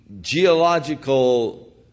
geological